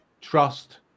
trust